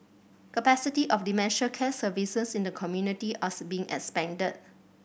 capacity of dementia care services in the community are being expanded